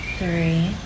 three